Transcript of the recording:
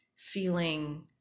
feeling